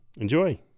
Enjoy